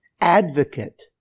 advocate